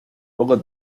poco